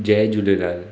Jay Jhulelal